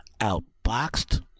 outboxed